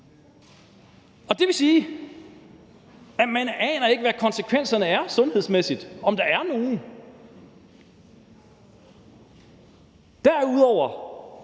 Det vil sige, at man ikke aner, hvad konsekvenserne er sundhedsmæssigt – om der er nogen. Derudover